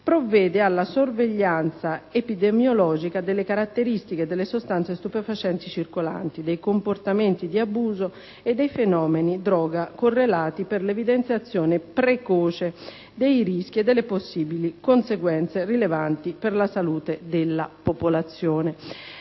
provvede alla sorveglianza epidemiologica, delle caratteristiche delle sostanze stupefacenti circolanti, dei comportamenti di abuso e dei fenomeni droga correlati, per l'evidenziazione precoce dei rischi e delle possibili conseguenze rilevanti per la salute della popolazione»,